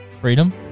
Freedom